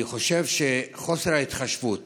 אני חושב שחוסר ההתחשבות